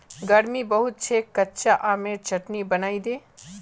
गर्मी बहुत छेक कच्चा आमेर चटनी बनइ दे